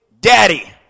Daddy